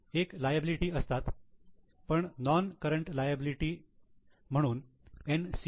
एक लायाबिलिटी असतात पण नॉन करंट लायबिलिटी म्हणून 'NCL'